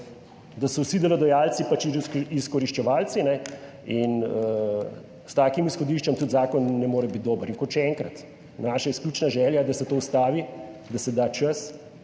da so vsi delodajalci pač izkoriščevalci in s takim izhodiščem tudi zakon ne more biti dober. Kot še enkrat, naša izključna želja je, da se to ustavi, da se da čas